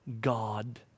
God